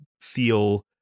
feel